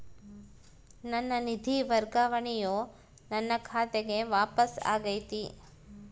ನನ್ನ ನಿಧಿ ವರ್ಗಾವಣೆಯು ನನ್ನ ಖಾತೆಗೆ ವಾಪಸ್ ಆಗೈತಿ